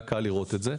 היה קל לראות את זה.